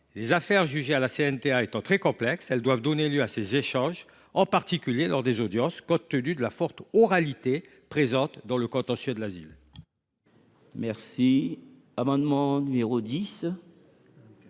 Les affaires jugées à la CNDA étant très complexes, elles doivent donner lieu à ces échanges, en particulier lors des audiences, compte tenu de la forte dimension orale du contentieux de l’asile.